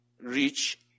reach